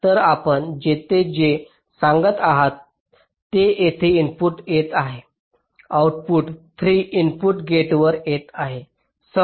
तर आपण येथे जे सांगत आहात ते येथे इनपुट येत आहे आऊटपुट 3 इनपुट गेट वर येत आहे